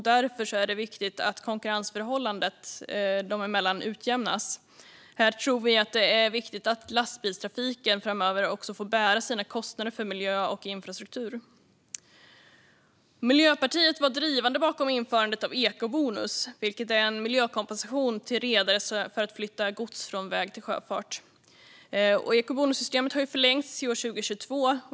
Därför är det viktigt att konkurrensförhållandet dem emellan utjämnas. Vi tror därför att det är viktigt att lastbilstrafiken framöver får bära sina kostnader för miljö och infrastruktur. Miljöpartiet var drivande bakom införandet av ekobonus, vilket är en miljökompensation till redare för att flytta gods från väg till sjöfart. Ekobonussystemet har förlängts till år 2022.